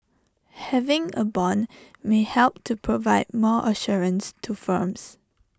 having A Bond may help to provide more assurance to firms